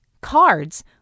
Cards